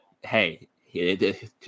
hey